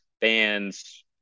bands